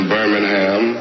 Birmingham